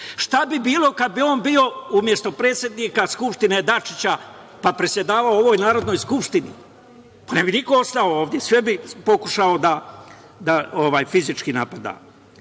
bi bilo kada bi on bio umesto predsednika Skupštine Dačića, pa predsedavao u ovoj Narodnoj skupštini? Pa, ne bi niko ostao ovde. Sve bi pokušao da fizički napada. Napao